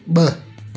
ॿ